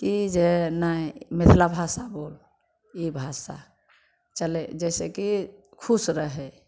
कि जे नहि मिथिला भाषा बोल ई भाषा चलै जइसे कि खुश रहै